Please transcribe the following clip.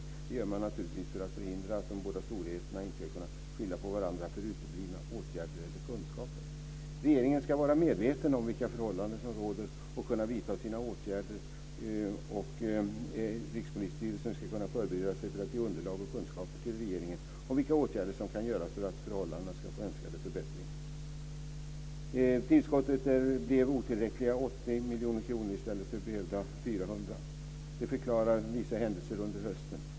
Det gör man naturligtvis för att förhindra de båda storheterna att skylla på varandra för uteblivna åtgärder eller kunskaper. Regeringen ska vara medveten om vilka förhållanden som råder och kunna vidta sina åtgärder, och Rikspolisstyrelsen ska kunna förbereda sig för att ge underlag och kunskaper till regeringen om vilka åtgärder som kan göras för att förhållandena ska förbättras så som önskats. Tillskottet blev otillräckliga 80 miljoner kronor i stället för behövda 400. Det förklarar vissa händelser under hösten.